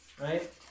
right